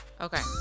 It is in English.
Okay